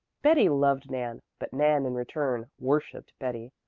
betty loved nan, but nan in return worshiped betty.